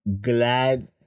glad